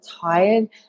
tired